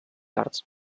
arts